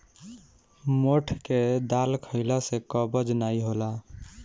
मोठ के दाल खईला से कब्ज नाइ होला